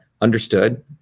understood